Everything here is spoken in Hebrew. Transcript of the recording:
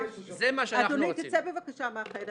--- אדוני, תצא, בבקשה מהחדר.